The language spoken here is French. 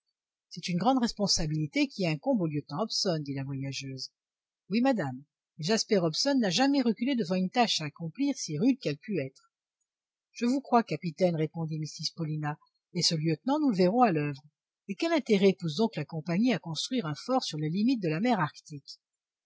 c'est une grande responsabilité qui incombe au lieutenant hobson dit la voyageuse oui madame mais jasper hobson n'a jamais reculé devant une tâche à accomplir si rude qu'elle pût être je vous crois capitaine répondit mrs paulina et ce lieutenant nous le verrons à l'oeuvre mais quel intérêt pousse donc la compagnie à construire un fort sur les limites de la mer arctique